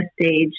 stage